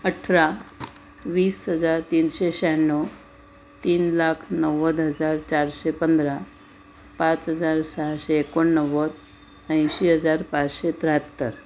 अठरा वीस हजार तीनशे शह्याण्णव तीन लाख नव्वद हजार चारशे पंधरा पाच हजार सहाशे एकोणनव्वद ऐंशी हजार पाचशे त्र्याहत्तर